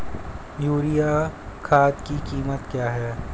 Urea खाद की कीमत क्या है?